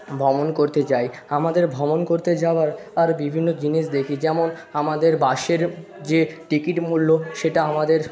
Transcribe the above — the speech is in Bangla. ভ্রমণ করতে যাই আমাদের ভ্রমণ করতে যাওয়ার আর বিভিন্ন জিনিস দেখি যেমন আমাদের বাসের যে টিকিট মূল্য সেটা আমাদের